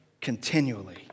continually